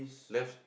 left